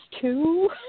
two